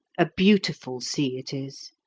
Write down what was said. a beautiful sea it is,